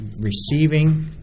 receiving